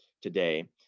today